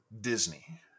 Disney